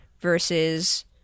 versus